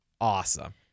awesome